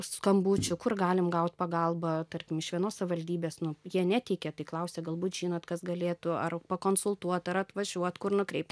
skambučių kur galim gaut pagalbą tarkim iš vienos savivaldybės nu jie neteikia tai klausia galbūt žinot kas galėtų ar pakonsultuot ar atvažiuot kur nukreipt